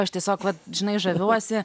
aš tiesiog vat žinai žaviuosi